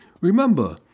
Remember